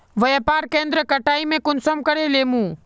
व्यापार केन्द्र के कटाई में कुंसम करे लेमु?